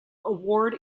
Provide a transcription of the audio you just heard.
award